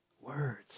words